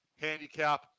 handicap